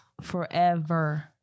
forever